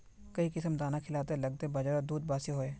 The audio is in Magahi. काई किसम दाना खिलाले लगते बजारोत दूध बासी होवे?